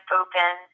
open